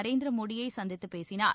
நரேந்திர மோடியை சந்தித்துப் பேசினார்